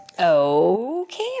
Okay